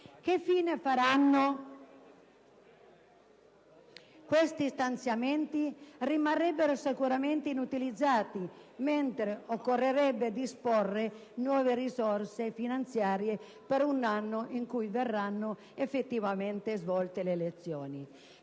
Che fine faranno questi stanziamenti? Rimarrebbero sicuramente inutilizzati, mentre occorrerebbe disporre nuove risorse finanziarie per l'anno in cui verranno effettivamente svolte le elezioni.